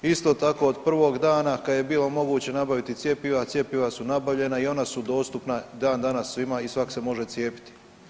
Isto tako od prvog dana kada je bilo moguće nabaviti cjepiva, cjepiva su nabavljena i ona su dostupna i dan danas svima i svak' se može cijepiti.